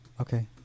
okay